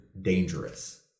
dangerous